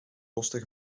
kosten